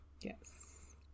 Yes